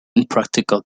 impractical